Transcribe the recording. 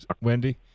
Wendy